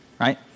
right